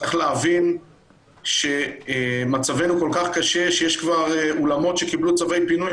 צריך להבין שמצבנו כל כך קשה שיש כבר אולמות שקיבלו צווי פינוי,